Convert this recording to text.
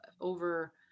over